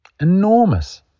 enormous